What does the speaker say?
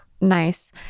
nice